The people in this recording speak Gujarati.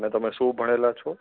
ને તમે શું ભણેલા છો